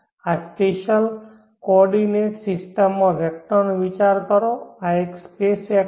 આ spatial coordinate system માં વેક્ટરનો વિચાર કરો આ એક સ્પેસ વેક્ટર છે